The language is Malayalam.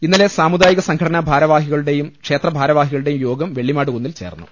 ഇന്നലെ സാമുദായിക സംഘടനാ ഭാരവാഹികളുടെയും ക്ഷേത്ര ഭാരവാഹികളുടെയും യോഗം വെള്ളിമാട്കുന്നിൽ ചേർന്നു